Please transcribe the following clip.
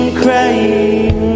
crying